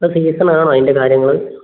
ഇപ്പം സീസൺ ആണോ അതിന്റെ കാര്യങ്ങൾ